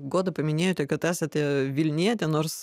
goda paminėjote kad esate vilnietė nors